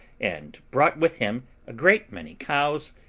and brought with him a great many cows,